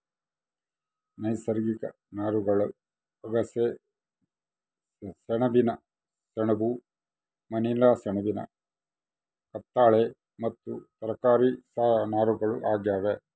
ನೈಸರ್ಗಿಕ ನಾರುಗಳು ಅಗಸೆ ಸೆಣಬಿನ ಸೆಣಬು ಮನಿಲಾ ಸೆಣಬಿನ ಕತ್ತಾಳೆ ಮತ್ತು ತರಕಾರಿ ನಾರುಗಳು ಆಗ್ಯಾವ